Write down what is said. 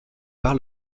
par